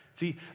See